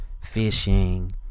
fishing